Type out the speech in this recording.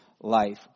life